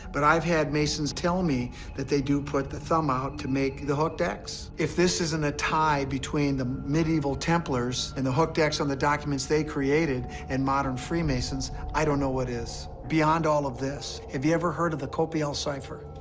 but i've had masons tell me that they do put the thumb out to make the hooked x. if this isn't a tie between the medieval templars and the hooked x on the documents they created and modern freemasons, i don't know what is. beyond all of this, have you ever heard of the copiale cipher?